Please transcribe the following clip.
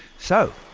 so,